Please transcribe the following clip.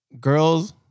Girls